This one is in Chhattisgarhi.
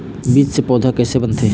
बीज से पौधा कैसे बनथे?